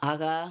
ஆஹா